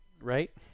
right